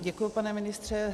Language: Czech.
Děkuji, pane ministře.